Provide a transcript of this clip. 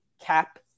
Cap